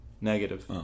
negative